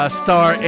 star